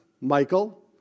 Michael